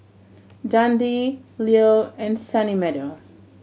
Dundee Leo and Sunny Meadow